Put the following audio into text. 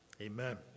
Amen